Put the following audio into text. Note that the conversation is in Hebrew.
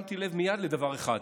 שמתי לב מייד לדבר אחד: